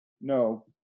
no